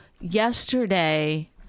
yesterday